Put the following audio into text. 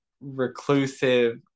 reclusive